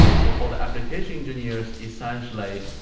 so for the application engineers, essentially,